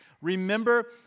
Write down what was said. Remember